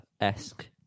esque